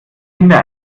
kinder